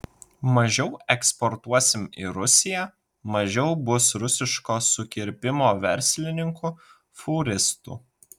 mažiau eksportuosim į rusiją mažiau bus rusiško sukirpimo verslininkų fūristų